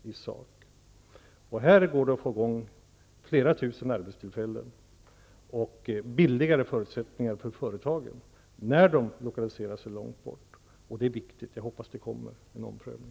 Vid en lokalisering långt bort går det att skapa flera tusen arbetstillfällen och billigare förutsättningar för företagen, och det är viktigt. Jag hoppas att det sker en omprövning.